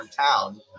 town